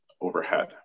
overhead